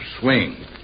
swing